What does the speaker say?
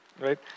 Right